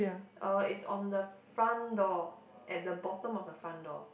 uh it's on the front door at the bottom of the front door